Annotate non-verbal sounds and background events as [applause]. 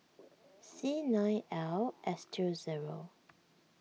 [noise] C nine L S two zero